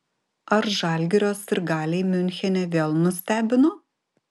ar žalgirio sirgaliai miunchene vėl nustebino